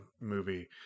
movie